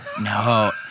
No